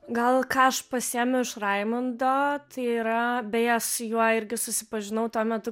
gal ką aš pasiėmiau iš raimundo tai yra beje su juo irgi susipažinau tuo metu